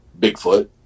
Bigfoot